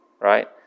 Right